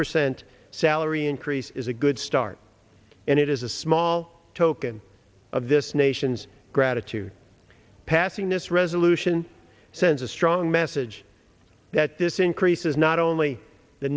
percent salary increase is a good start and it is a small token of this nation's gratitude passing this resolution sends a strong message that this increase is not only the